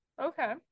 okay